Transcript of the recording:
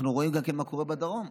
אנחנו רואים גם מה קורה בדרום,